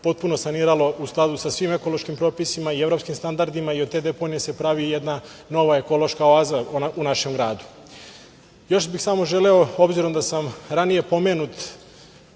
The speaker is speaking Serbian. potpuno saniralo u skladu sa svim ekološkim propisima i evropskim standardima i od te deponije se pravi jedan nova ekološka oaza u našem gradu. Još bih samo želeo, obzirom da sam ranije pomenut